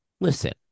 Listen